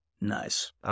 Nice